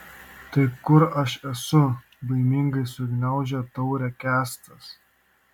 tai kur aš esu baimingai sugniaužė taurę kęstas